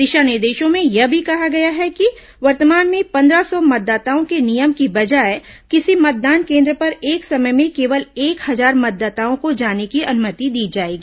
दिशा निर्देशों में यह भी कहा गया है कि वर्तमान में पंद्रह सौ मतदाताओं के नियम की बजाय किसी मतदान केन्द्र पर एक समय में केवल एक हजार मतदाताओं को जाने की अनुमति दी जायेगी